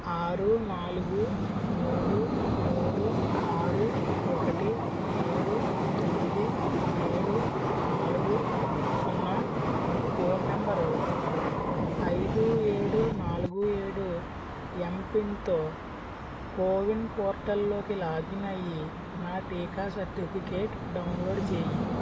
ఆరు నాలుగు మూడు మూడు ఆరు ఒకటి ఏడు తొమ్మిది ఏడు నాలుగు సున్నా ఫోన్ నెంబరు అయిదు ఏడు నాలుగు ఏడు ఎమ్పిన్తో కోవిన్ పోర్టల్లోకి లాగిన్ అయ్యి నా టీకా సర్టిఫికేట్ డౌన్లోడ్ చెయ్యి